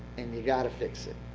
and you've got to fix it.